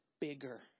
bigger